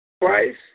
Twice